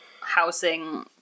housing